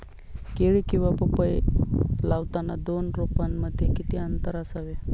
केळी किंवा पपई लावताना दोन रोपांमध्ये किती अंतर असावे?